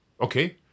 Okay